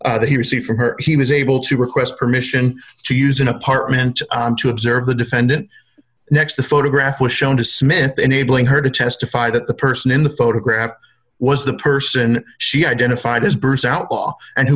that he received from her he was able to request permission to use an apartment and to observe the defendant next the photograph was shown to smith enabling her to testify that the person in the photograph was the person she identified as bruce outlaw and who